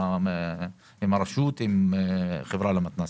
עם הרשות ועם החברה למתנ"סים.